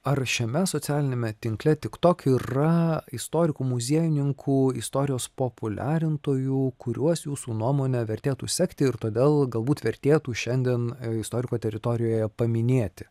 ar šiame socialiniame tinkle tik tok yra istorikų muziejininkų istorijos populiarintojų kuriuos jūsų nuomone vertėtų sekti ir todėl galbūt vertėtų šiandien istoriko teritorijoje paminėti